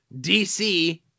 DC